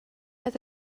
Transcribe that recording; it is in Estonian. nad